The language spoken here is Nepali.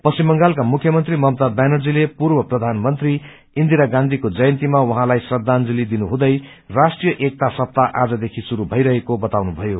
पश्चिम बंगालका मुयमंत्री ममता व्यानर्जीले पूर्व प्रधानमंत्री इन्दिरा गांधीको जयन्तीमा उहाँलाई श्रदाजंली दिनुहुँदै राष्ट्रिय एकता सप्ताह आज देखि शुरू भईरहेको बताउनुभयो